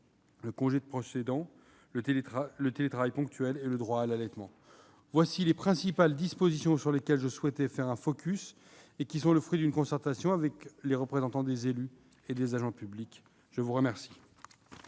le congé de proche aidant, le télétravail ponctuel et le droit à l'allaitement. Telles sont les principales dispositions sur lesquelles je souhaitais faire le point. Elles sont le fruit d'une large concertation avec les représentants des élus et des agents publics. La parole